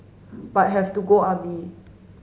but have to go army